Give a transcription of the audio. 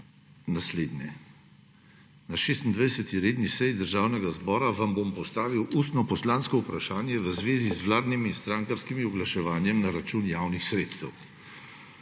naslednje: »Na 26. redni seji Državnega zbora vam bom postavil ustno poslansko vprašanje v zvezi z vladnimi strankarskimi oglaševanji na račun javnih sredstev.«